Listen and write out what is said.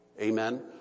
Amen